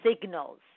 signals